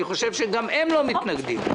אני חושב שגם הם לא מתנגדים.